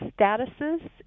statuses